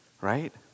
Right